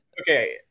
Okay